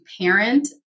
parent